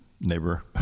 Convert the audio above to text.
neighbor